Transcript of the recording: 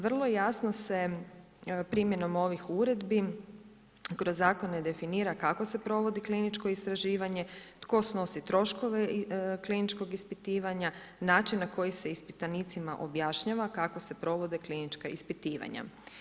Vrlo jasno se primjenom ovih uredbi kroz zakon definira kako se provodi kliničko istraživanje, tko snosi troškove kliničkog ispitivanja, način na koji se ispitanicima objašnjava kako se provode klinička ispitivanja.